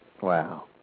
Wow